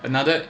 another